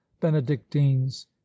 benedictines